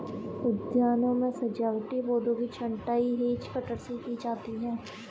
उद्यानों में सजावटी पौधों की छँटाई हैज कटर से की जाती है